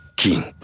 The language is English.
king